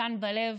כאן בלב,